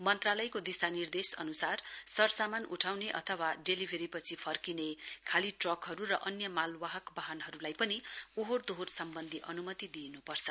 मन्त्रालयको दिशा निर्देश अनुसार सरसामान उठाउने अथवा डेलीवरीपछि फर्किने खाली ट्रकहरु र अन्य मालवाहक वाहनहरुलाई पनि ओहोर दोहोर सम्वन्धी अनुमति दिइनुपर्छ